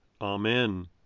Amen